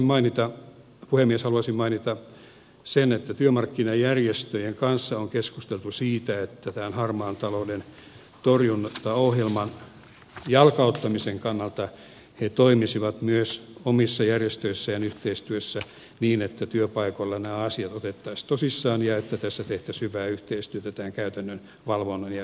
sitten puhemies haluaisin mainita sen että työmarkkinajärjestöjen kanssa on keskusteltu siitä että tämän harmaan talouden torjuntaohjelman jalkauttamisen kannalta he toimisivat myös omissa järjestöissään yhteistyössä niin että työpaikoilla nämä asiat otettaisiin tosissaan ja että tässä tehtäisiin hyvää yhteistyötä tämän käytännön valvonnan alueella